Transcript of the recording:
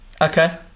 okay